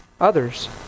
Others